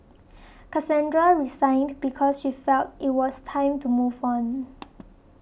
Cassandra resigned because she felt it was time to move on